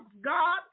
God